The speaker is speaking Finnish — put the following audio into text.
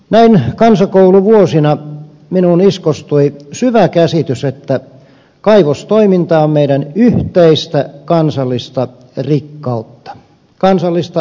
näin minuun kansakouluvuosina iskostui syvä käsitys että kaivostoiminta on meidän yhteistä kansallista rikkautta kansallista varallisuutta